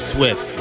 Swift